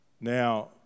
Now